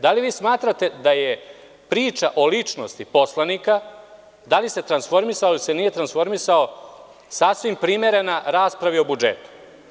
Da li vi smatrate da je priča o ličnosti poslanika, da li se transformisao ili se nije transformisao, sasvim primerena raspravi o budžetu?